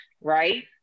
right